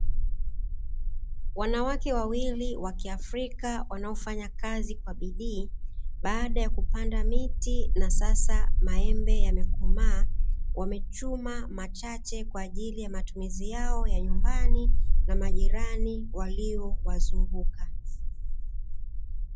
Wanawake wawili wa kiafrika wanaofanya kazi kwa bidii baada ya kupanda miti na sasa maembe yamekomaa, wamechuma machache kwa ajili ya matumizi yao ya nyumbani na majirani waliowazunguka.